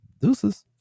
Deuces